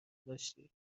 داشتی